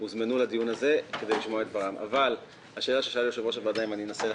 הוזמנו לדיון הזה כדי לשמוע את דברם השאלה ששאל יושב-ראש הוועדה היא: